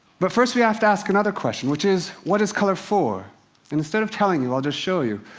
but first, we have to ask another question, which is, what is color for? and instead of telling you, i'll just show you.